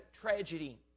tragedy